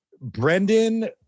Brendan